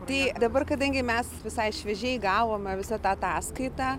tai dabar kadangi mes visai šviežiai gavome visą tą ataskaitą